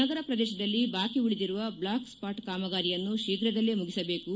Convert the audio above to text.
ನಗರ ಪ್ರದೇತದಲ್ಲಿ ಬಾಕಿ ಉಳಿದಿರುವ ಬ್ಲಾಕ್ ಸ್ವಾಟ್ ಕಾಮಗಾರಿಯನ್ನು ಶೀಘದಲ್ಲೇ ಮುಗಿಸಬೇಕು